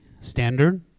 standard